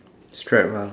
strap lah